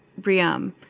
Briam